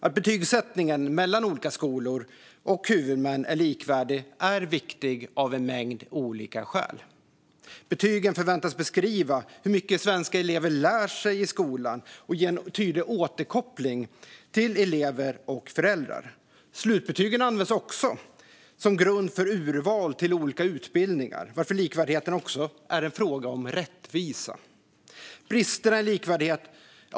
Att betygsättningen mellan olika skolor och huvudmän är likvärdig är viktigt av en mängd olika skäl. Betygen förväntas beskriva hur mycket svenska elever lär sig i skolan och ge en tydlig återkoppling till elever och föräldrar. Slutbetygen används även som grund för urval till olika utbildningar, varför likvärdigheten också är en fråga om rättvisa.